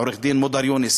עו"ד מודר יונס,